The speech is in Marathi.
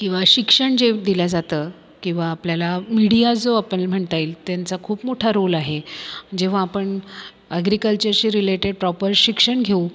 किंवा शिक्षण जेव दिलं जातं किंवा आपल्याला मिडिया जो आपण म्हणता येईल त्यांचा खूप मोठा रोल आहे जेव्हा आपण ॲग्रीकल्चरशी रिलेटेड प्रॉपर शिक्षण घेऊ